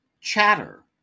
Chatter